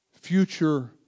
future